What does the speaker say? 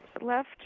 left